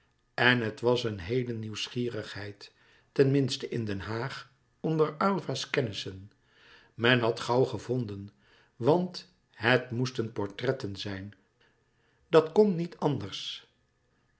en het was een heele nieuwsgierigheid ten minste in den haag onder aylva's kennissen men had gauw gevonden want het moesten portretten zijn dat kon niet anders